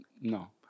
no